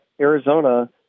Arizona